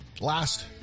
last